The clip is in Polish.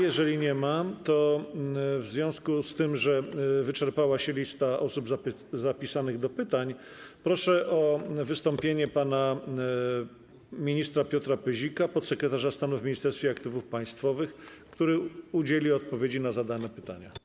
Jeżeli nie ma, to w związku z tym, że wyczerpała się lista osób zapisanych do pytań, proszę o wystąpienie pana ministra Piotra Pyzika, podsekretarza stanu w Ministerstwie Aktywów Państwowych, który udzieli odpowiedzi na zadane pytania.